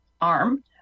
arm